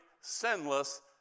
sinless